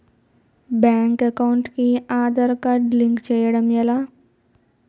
Bank account కి Aadhaar card link చేయడం ఎలా?